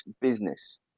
business